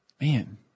Man